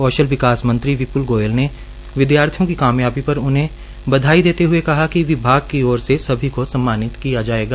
कौशल विकास मंत्री विपुल गोयल ने विद्यार्थियों की कामयाबी पर उन्हें बधाई देते हुए कहा कि विभाग की ओर से सभी को सम्मानित किया जाएगा